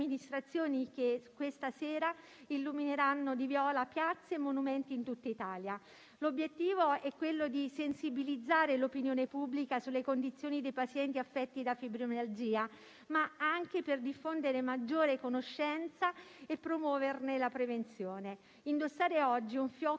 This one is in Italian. che questa sera illumineranno di viola piazze e monumenti in tutta Italia. L'obiettivo è quello di sensibilizzare l'opinione pubblica sulle condizioni dei pazienti affetti da fibromialgia, ma anche di diffondere maggiore conoscenza e promuovere la prevenzione. Indossare oggi un fiocco